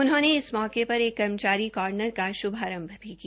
उन्होंने इस मौके पर एक कर्मचारी कॉर्नर का श्भारंभ भी किया